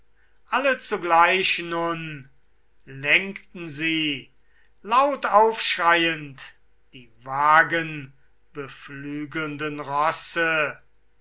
alle zugleich nun lenkten sie laut aufschreiend die wagenbeflügelnden rosse